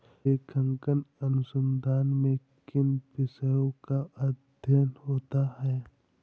लेखांकन अनुसंधान में किन विषयों का अध्ययन होता है?